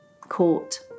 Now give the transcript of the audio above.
court